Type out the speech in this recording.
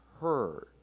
heard